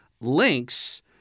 links